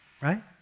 Right